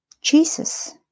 Jesus